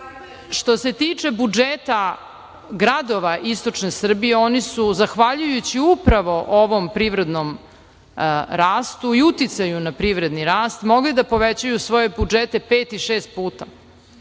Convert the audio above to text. se tiče budžeta gradova istočne Srbije oni su zahvaljujući upravo ovom privrednom rastu i uticaju na privredni rast mogli da povećaju svoje budžete pet i šest puta.